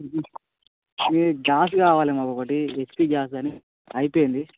ఇది గ్యాస్ కావాలి మాకు ఒకటి హెచ్పీ గ్యాస్ అని అయిపోయింది